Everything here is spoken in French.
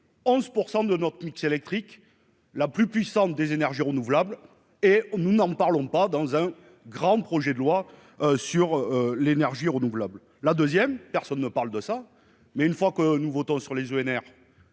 11 % de notre mix électrique la plus puissante des énergies renouvelables et nous n'en parlons pas dans un grand projet de loi sur l'énergie renouvelable, la deuxième personne ne parle de ça, mais une fois que nous votons sur les ENR,